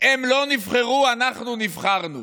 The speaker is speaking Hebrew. הם לא נבחרו, אנחנו נבחרנו,